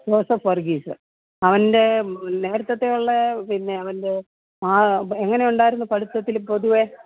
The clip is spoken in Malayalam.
ജോസഫ് വർഗീസ് അവൻ്റെ നേരത്തത്തെയുള്ളെ പിന്നെ അവൻ്റെ മാ എങ്ങനെയുണ്ടായിരുന്നു പഠിത്തത്തില് പൊതുവെ